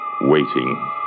waiting